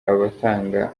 abatanga